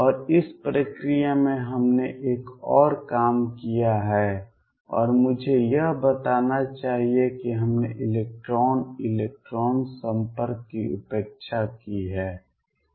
और इस प्रक्रिया में हमने एक और काम किया है और मुझे यह बताना चाहिए कि हमने इलेक्ट्रॉन इलेक्ट्रॉन संपर्क की उपेक्षा की है